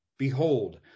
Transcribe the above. Behold